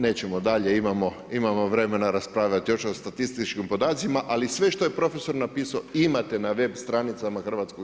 Nećemo dalje, imamo vremena raspravljati još o statističkim podacima ali sve što je profesor napisao, imate na web stranicama HZMO-a.